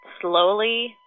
slowly